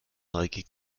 neugier